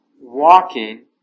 walking